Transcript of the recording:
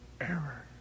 error